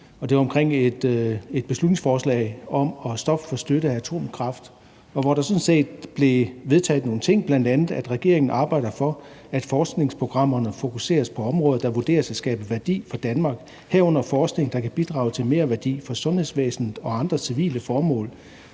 her i Folketinget har haft en debat om at stoppe støtten til atomkraft, hvor der blev vedtaget at lave en beretning, hvor der bl.a. står, at »... regeringen arbejder for, at forskningsprogrammerne fokuseres på områder, der vurderes at skabe værdi for Danmark, herunder forskning, der kan bidrage til merværdi for sundhedsvæsenet og andre civile formål.